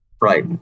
Right